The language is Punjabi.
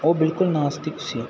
ਉਹ ਬਿਲਕੁਲ ਨਾਸਤਕ ਸੀ